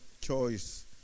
choice